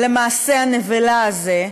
למעשה הנבלה הזה,